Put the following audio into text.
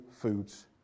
foods